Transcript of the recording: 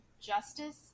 Justice